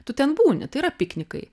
tu ten būni tai yra piknikai